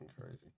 crazy